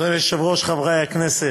אדוני היושב-ראש, חברי הכנסת,